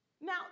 Now